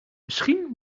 misschien